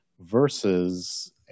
versus